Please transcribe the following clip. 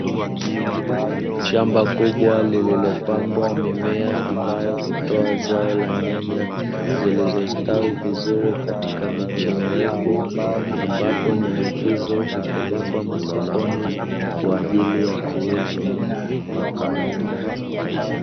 Shamba kubwa lililopandwa mimea ambayo hutoa zao la nyanya, zilizostawi vizuri katika miche mirefu, ambapo nyanya hizo hupelekwa masokoni, kwa ajili ya kuuzwa.